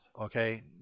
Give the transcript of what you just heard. Okay